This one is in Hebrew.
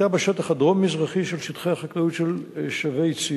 היתה בשטח הדרום-מזרחי של שטחי החקלאות של שבי-ציון.